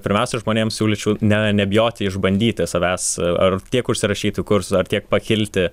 pirmiausia žmonėms siūlyčiau ne nebijoti išbandyti savęs ar tiek užsirašyti kursų ar tiek pakilti